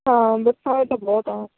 ਹਾਂ ਬੱਸਾਂ ਦਾ ਤਾਂ ਬਹੁਤ ਆ